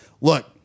Look-